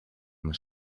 amb